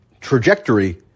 trajectory